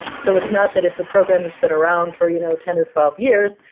so it's not that it's a program that's been around for you know ten or twelve years,